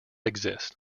exist